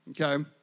Okay